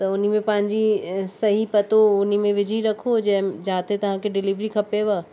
त उनमें पंहिंजी सही पतो उनमें विझी रखो जंहिं जाते तव्हांखे डिलीवरी खपेव